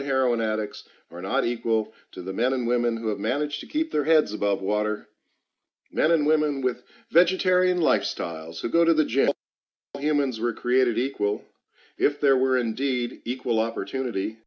the heroin addicts are not equal to the men and women who have managed to keep their heads above water men and women with vegetarian lifestyles who go to the gym but humans were created equal if there were indeed equal opportunity